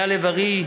אייל לב-ארי,